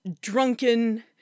drunken